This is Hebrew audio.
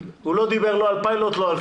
הוא לא דיבר לא על פיילוט ולא על כלום.